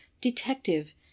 detective